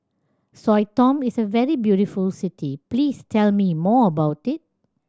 Sao Tome is a very beautiful city please tell me more about it